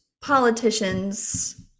politicians